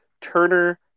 Turner